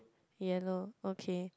yellow okay